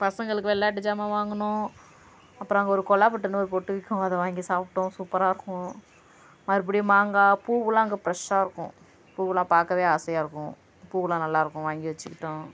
பசங்களுக்கு விளாட்டு சாமான் வாங்கினோம் அப்புறம் அங்கே ஒரு கொழாப்புட்டுன்னு ஒரு புட்டு விற்கும் அதை வாங்கி சாப்பிட்டோம் சூப்பராக இருக்கும் மறுபடியும் மாங்காய் பூவுலாம் அங்கே ஃப்ரெஷ்ஷாக இருக்கும் பூவெலாம் பார்க்கவே ஆசையாக இருக்கும் பூவெலாம் நல்லா இருக்கும் வாங்கி வச்சுகிட்டோம்